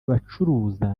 abacuruza